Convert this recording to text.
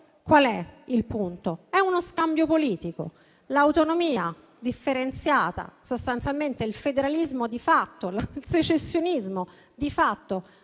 Qual è il punto? È uno scambio politico: l'autonomia differenziata, sostanzialmente il federalismo di fatto, il secessionismo di fatto,